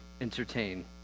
entertain